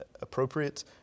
appropriate